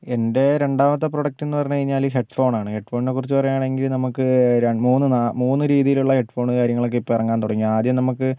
എന്റെ രണ്ടാമത്തെ പ്രോഡക്ട്ന്ന് പറഞ്ഞ് കഴിഞ്ഞാൽ ഹെഡ്ഫോണാണ് ഹെഡ്ഫോണിനെ കുറിച്ച് പറയാണെങ്കിൽ നമുക്ക് മൂന്ന് നാ മൂന്ന് രീതിയിലുള്ള ഹെഡ്ഫോണ് കാര്യങ്ങളൊക്കെ ഇപ്പോൾ ഇറങ്ങാൻ തുടങ്ങി ആദ്യം നമുക്ക്